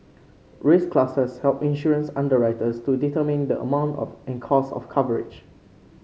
risk classes help insurance underwriters to determine the amount of in cost of coverage